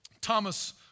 Thomas